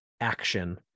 action